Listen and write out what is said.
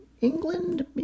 England